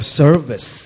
service